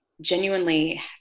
genuinely